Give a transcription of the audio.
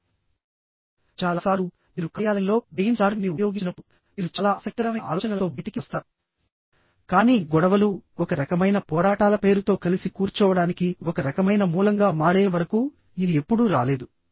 చాలా సార్లు మీరు కార్యాలయంలో బ్రెయిన్ స్టార్మింగ్ని ఉపయోగించినప్పుడు మీరు చాలా ఆసక్తికరమైన ఆలోచనలతో బయటికి వస్తారు కానీ గొడవలు ఒక రకమైన పోరాటాల పేరుతో కలిసి కూర్చోవడానికి ఒక రకమైన మూలంగా మారే వరకు ఇది ఎప్పుడూ రాలేదు